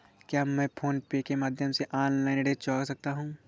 क्या मैं PhonePe के माध्यम से ऑनलाइन ऋण चुका सकता हूँ?